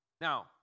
Now